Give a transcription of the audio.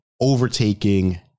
overtaking